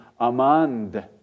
amand